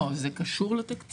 לא, זה קשור לתקציב?